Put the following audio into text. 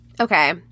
Okay